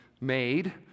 made